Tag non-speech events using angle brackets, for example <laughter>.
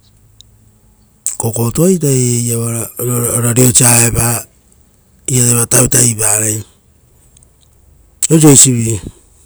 Kokotua ita eira iva ora reasa, <hesitation> iraiva tavitavi parai oiso eisivi.